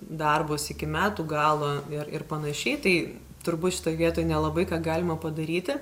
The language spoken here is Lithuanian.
darbus iki metų galo ir ir panašiai tai turbūt šitoj vietoj nelabai ką galima padaryti